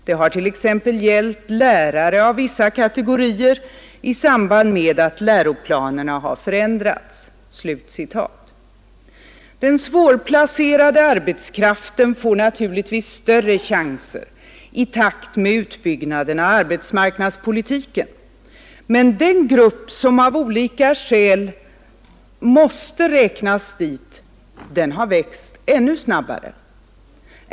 Det har t.ex. gällt lärare av vissa kategorier i samband med att läroplanerna har förändrats.” Den svårplacerade arbetskraften får naturligtvis större chanser i takt med utbyggnaden av arbetsmarknadspolitiken, men den grupp som av olika skäl måste räknas dit har växt ännu snabbare.